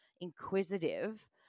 inquisitive